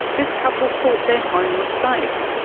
this couple thought their home was safe,